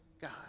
God